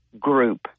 group